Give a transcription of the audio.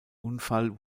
unfall